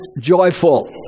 joyful